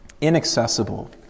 inaccessible